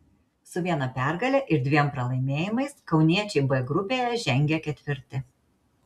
su viena pergale ir dviem pralaimėjimais kauniečiai b grupėje žengia ketvirti